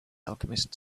alchemist